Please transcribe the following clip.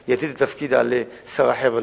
אני אטיל את התפקיד על שר אחר,